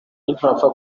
ntapfa